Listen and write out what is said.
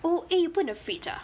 oh eh you put in the fridge ah